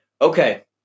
Okay